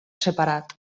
separat